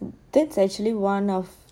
that's actually one of